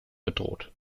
bedroht